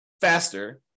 faster